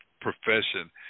profession